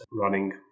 running